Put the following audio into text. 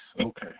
Okay